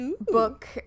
book